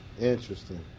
Interesting